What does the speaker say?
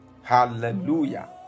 Hallelujah